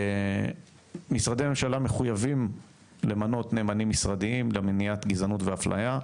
משרדי הממשלה מחויבים למנות נאמנים משרדיים למניעת גזענות והפליה,